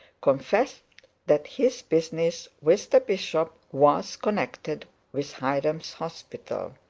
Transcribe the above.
confessed that his business with the bishop was connected with hiram's hospital.